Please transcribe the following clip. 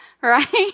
Right